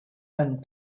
and